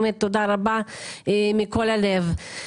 באמת תודה רבה מכל הלב.